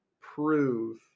prove